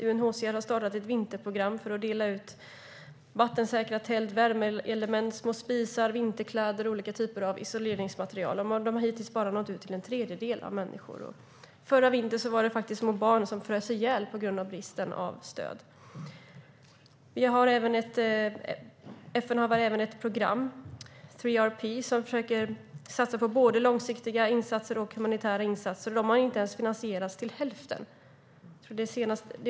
UNHCR har startat ett vinterprogram för att dela ut vattensäkra tält, värmeelement, små spisar, vinterkläder och olika typer av isoleringsmaterial. De har hittills bara nått en tredjedel av människorna. Förra vintern var det små barn som frös ihjäl på grund av bristen på stöd. FN har också ett program, 3RP, som försöker satsa på både långsiktiga och humanitära insatser. De har inte ens finansierats till hälften.